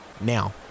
now